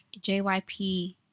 JYP